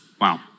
Wow